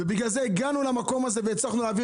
ובגלל זה הגענו למקום הזה והצלחנו להעביר